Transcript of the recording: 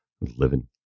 living